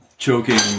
Choking